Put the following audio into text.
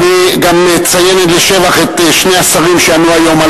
אני גם אציין לשבח את שני השרים שענו היום על